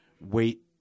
wait